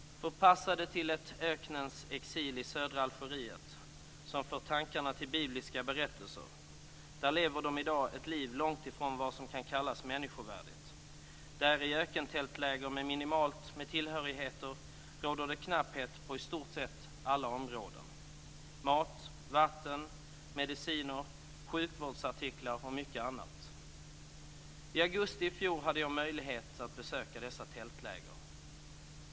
Förpassade till en öknens exil i södra Algeriet som för tankarna till bibliska berättelser lever de i dag ett liv som är långt ifrån vad som kan kallas människovärdigt. Där, i ökentältläger med minimalt med tillhörigheter, råder det knapphet på i stort sett alla områden: mat, vatten, mediciner, sjukvårdsartiklar och mycket annat. I augusti i fjol hade jag möjlighet att besöka dessa tältläger.